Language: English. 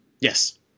Yes